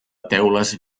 teules